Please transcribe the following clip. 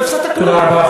לא הפסדת כלום.